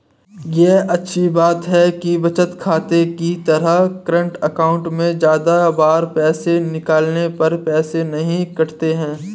ये अच्छी बात है कि बचत खाते की तरह करंट अकाउंट में ज्यादा बार पैसे निकालने पर पैसे नही कटते है